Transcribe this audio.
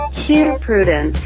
here, prudence.